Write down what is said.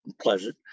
pleasant